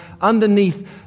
Underneath